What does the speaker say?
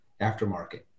aftermarket